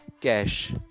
cash